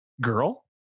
girl